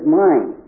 mind